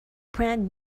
brand